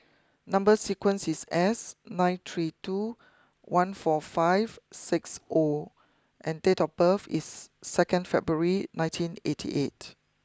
number sequence is S nine three two one four five six O and date of birth is second February nineteen eighty eight